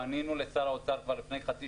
פנינו לשר האוצר כבר בספטמבר 2019